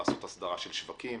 של שוקים.